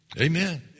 Amen